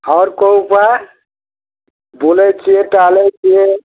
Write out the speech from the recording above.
आओर कोइ उपाय बुलै छियै टहलै छियै